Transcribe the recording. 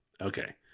okay